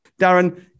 Darren